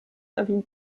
erwähnt